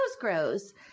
grows